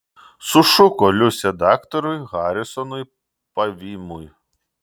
sušuko liusė daktarui harisonui pavymui